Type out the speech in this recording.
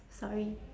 sorry